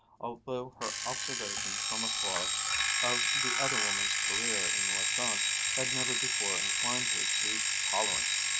although her observations from afar of the other woman's career in la chance had never before inclined her to tolerance.